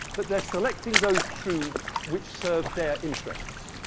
but they're selecting those truths which serve their interests.